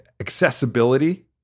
accessibility